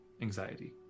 anxiety